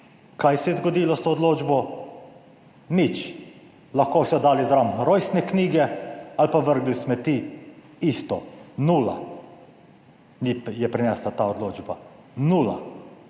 kaj se je zgodilo s to odločbo. Nič. Lahko so dali zraven rojstne knjige ali pa vrgli v smeti, isto, nula je prinesla ta odločba nula,